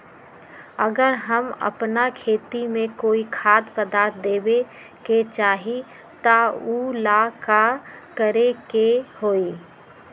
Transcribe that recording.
अगर हम अपना खेती में कोइ खाद्य पदार्थ देबे के चाही त वो ला का करे के होई?